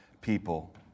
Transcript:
people